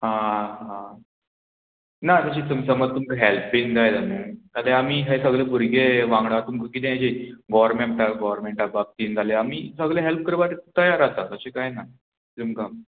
आं आं ना तशें तुमच्या मदलो तुमकां हॅल्प बीन जाय जाले जाल्यार आमी हे सगळे भुरगे वांगडा तुमकां किदें अशें गोरमेंटाक गोरमेंटा बाबतीन जाल्या आमी सगलें हॅल्प करपाक तयार आसा तशें कांय ना तुमकां